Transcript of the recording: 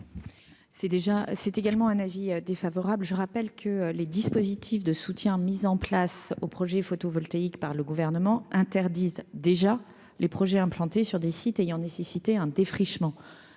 c'est également un avis défavorable je rappelle que les dispositifs de soutien mis en place aux projets photovoltaïques, par le gouvernement, interdisent déjà les projets implantés sur des sites ayant nécessité un défrichement